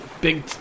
big